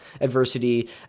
adversity